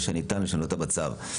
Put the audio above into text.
אשר ניתן לשנותה בצו.